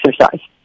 exercise